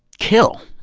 kill.